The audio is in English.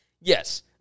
yes